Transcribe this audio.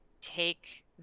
take